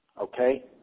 okay